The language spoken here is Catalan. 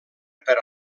per